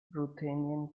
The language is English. ruthenian